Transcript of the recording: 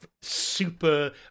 super